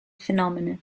phenomena